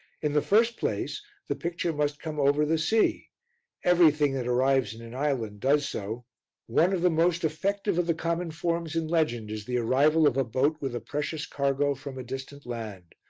in the first place the picture must come over the sea everything that arrives in an island does so one of the most effective of the common forms in legend is the arrival of a boat with a precious cargo from a distant land,